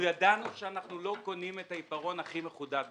ידענו שאנחנו לא קונים את העיפרון הכי מחודד בקלמר.